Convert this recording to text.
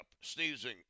sneezing